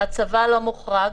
הצבא לא מוחרג.